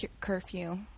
curfew